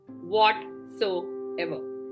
whatsoever